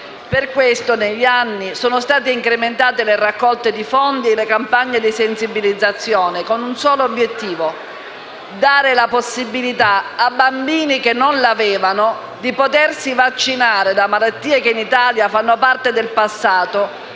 Per questo, negli anni, sono state incrementate le raccolte di fondi e le campagne di sensibilizzazione, con un solo obiettivo: dare la possibilità, a bambini che non l'avevano, di potersi vaccinare da malattie che in Italia fanno parte del passato